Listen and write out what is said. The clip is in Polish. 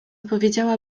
powiedziała